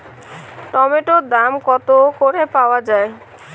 টমেটোর দাম কত করে পাওয়া যায়?